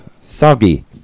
soggy